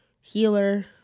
healer